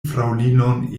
fraŭlinon